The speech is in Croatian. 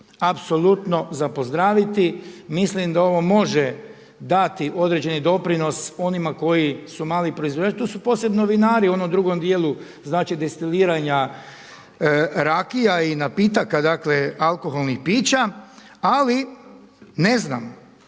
apsolutno za pozdraviti, mislim da ovo može dati određeni doprinos onima koji su mali proizvođači, to su posebno vinari, u onom drugom dijelu znači destiliranja rakija i napitaka dakle alkoholnih pića. Ali ne znam,